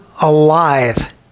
alive